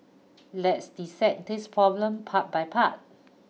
let's dissect this problem part by part